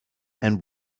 and